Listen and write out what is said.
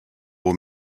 will